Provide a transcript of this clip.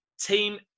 Team